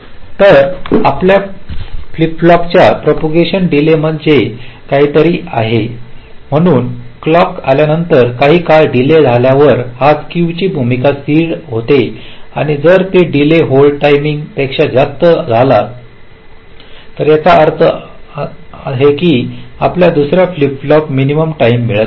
तर आपल्या फ्लिप फ्लॉपच्या प्रोपोगांशन डीले म्हणजे काहीतरी आहे म्हणून क्लॉक आल्यानंतर काही काळ डीले झाल्यावर ही स्केव ची भूमिका स्थिर होते आणि जर तो डीले होल्ड टायमिंग पेक्षा जास्त झाला तर याचा अर्थ असा आहे की आपल्या दुसर्या फ्लिप फ्लॉपला मिनिमम टाईम मिळत नाही